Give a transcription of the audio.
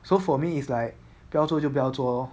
so for me it's like 不要做就不要做 lor